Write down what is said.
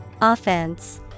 Offense